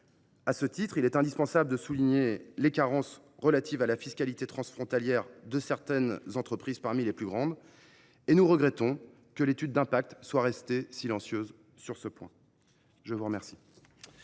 À ce titre, il est indispensable de souligner les carences relatives à la fiscalité transfrontalière de certaines entreprises, qui figurent parmi les plus grandes. Nous regrettons que l’étude d’impact soit restée silencieuse sur ce point. La parole